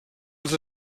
els